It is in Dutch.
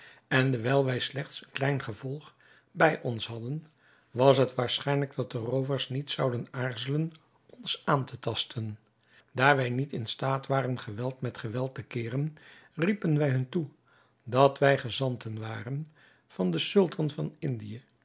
en dewijl wij slechts een klein gevolg bij ons hadden was het waarschijnlijk dat de roovers niet zouden aarzelen ons aan te tasten daar wij niet in staat waren geweld met geweld te keeren riepen wij hun toe dat wij gezanten waren van den sultan van indië